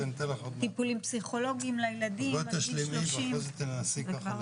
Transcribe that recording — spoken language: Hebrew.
טיפולים פסיכולוגים לילדים עד גיל 30. וזה